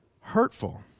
hurtful